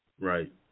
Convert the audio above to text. Right